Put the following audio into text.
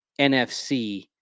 NFC